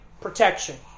protection